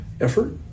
effort